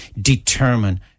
determine